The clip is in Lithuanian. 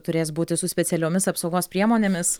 turės būti su specialiomis apsaugos priemonėmis